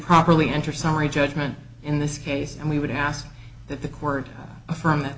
properly enter summary judgment in this case and we would ask that the court affirm that